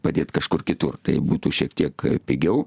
padėt kažkur kitur tai būtų šiek pigiau